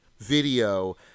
video